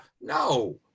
No